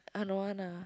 uh no one ah